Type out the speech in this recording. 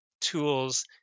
tools